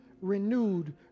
renewed